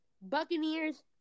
Buccaneers